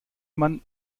man